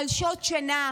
על שעות שינה,